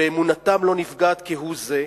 ואמונתם לא נפגעת כהוא-זה.